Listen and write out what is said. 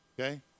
okay